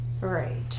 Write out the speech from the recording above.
right